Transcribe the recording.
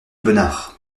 bonnard